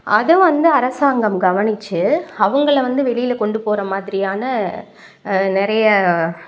அதை வந்து அரசாங்கம் கவனித்து அவங்கள வந்து வெளியில கொண்டு போகிற மாதிரியான நிறைய